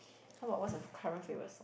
how about what's your current favourite song